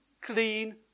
clean